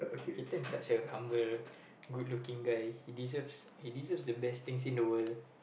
such a humble good looking guy he deserves he deserve the best things in the world